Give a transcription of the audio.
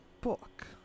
book